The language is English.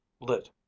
lit